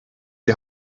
die